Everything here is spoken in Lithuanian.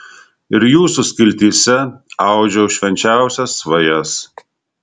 ir jūsų skiltyse audžiau švenčiausias svajas